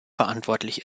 verantwortlich